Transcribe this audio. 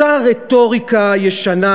אותה רטוריקה ישנה: